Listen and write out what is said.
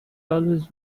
always